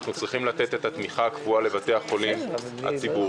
אנחנו צריכים לתת את התמיכה הקבועה לבתי החולים הציבוריים.